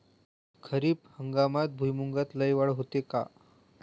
खरीप हंगामात भुईमूगात लई वाढ होते का?